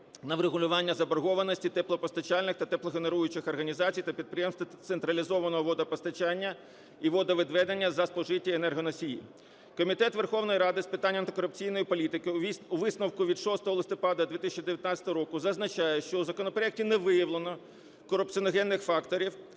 на врегулювання заборгованості теплопостачальних та теплогенеруючих організацій та підприємств централізованого водопостачання і водовідведення за спожиті енергоносії". Комітет Верховної Ради з питань антикорупційної політики у висновку від 6 листопада 2019 року зазначає, що в законопроекті не виявлено корупціогенних факторів,